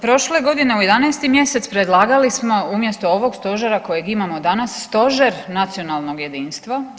Prošle godine u 11. mjesecu predlagali smo umjesto ovog stožera kojeg imamo danas stožer nacionalnog jedinstva.